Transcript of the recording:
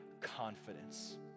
confidence